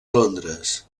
londres